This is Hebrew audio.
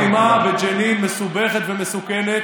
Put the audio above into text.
אבל הלחימה בג'נין מסובכת ומסוכנת,